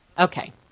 Okay